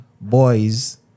Boys